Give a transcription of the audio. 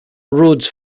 rhoads